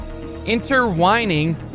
Interwining